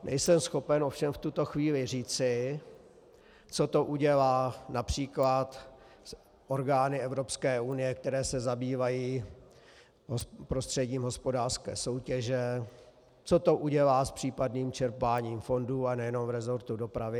Nejsem schopen ovšem v tuto chvíli říci, co to udělá např. s orgány Evropské unie, které se zabývají prostředím hospodářské soutěže, co to udělá s případným čerpáním fondů, a nejenom v resortu dopravy atd. atd.